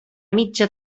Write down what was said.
mitja